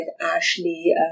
Ashley